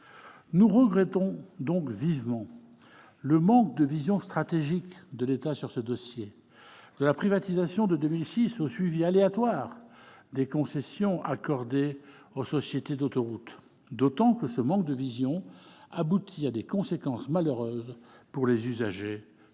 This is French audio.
Nous regrettons d'autant plus vivement le manque de vision stratégique de l'État sur ce dossier- de la privatisation de 2006 au suivi aléatoire des concessions accordées aux sociétés d'autoroutes -que ce manque de vision aboutit à des conséquences malheureuses pour les usagers,